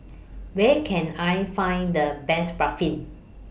Where Can I Find The Best Barfi